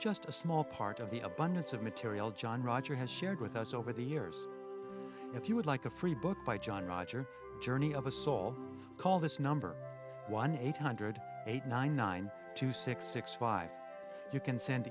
just a small part of the abundance of material john roger has shared with us over the years if you would like a free book by john roger journey of assault call this number one eight hundred eight nine nine two six six five you can send